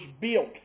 built